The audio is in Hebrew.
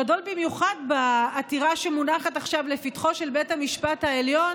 גדול במיוחד בעתירה שמונחת עכשיו לפתחו של בית המשפט העליון,